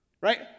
right